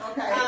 Okay